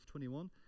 21